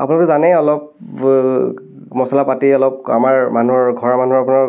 আপুনিটো জানেই অলপ মছলা পাতি অলপ আমাৰ মানুহৰ ঘৰৰ মানুহৰ আপোনাৰ